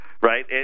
Right